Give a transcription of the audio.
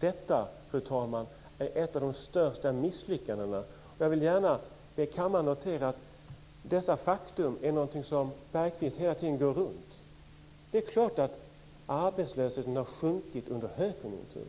Detta, fru talman, är ett av de största misslyckandena. Jag vill gärna be kammaren att notera att dessa faktum är något som Bergqvist hela tiden kringgår. Det är klart att arbetslösheten har sjunkit under högkonjunkturen,